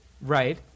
Right